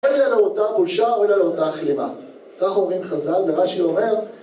אוי לה לאותה בושה אוי לה לאותה כלימה, כך אומרים חז"ל ורש"י אומר